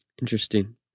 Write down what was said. Interesting